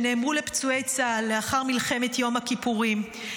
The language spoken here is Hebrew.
שנאמרו לפצועי צה"ל לאחר מלחמת יום הכיפורים.